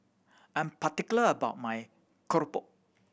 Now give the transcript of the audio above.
I'm particular about my keropok